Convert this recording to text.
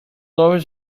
normas